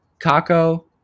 Kako